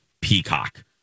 Peacock